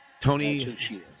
Tony